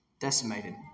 decimated